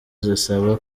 zisaba